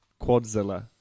Quadzilla